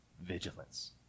vigilance